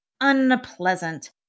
unpleasant